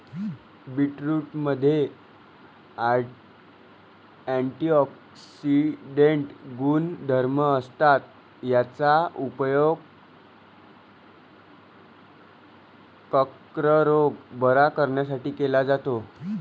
बीटरूटमध्ये अँटिऑक्सिडेंट गुणधर्म असतात, याचा उपयोग कर्करोग बरा करण्यासाठी केला जातो